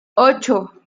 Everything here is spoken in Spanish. ocho